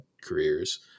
careers